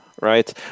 right